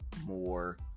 more